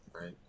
Right